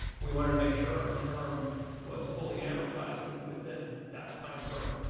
we wanted to make sure our term was fully amortizing within that time frame.